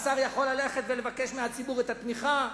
השר יכול ללכת ולבקש מהציבור תמיכה,